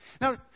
Now